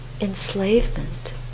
enslavement